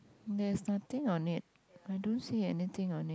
there's nothing on it I don't see anything on it